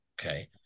okay